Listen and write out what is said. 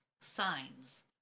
signs